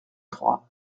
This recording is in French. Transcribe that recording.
trois